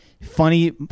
Funny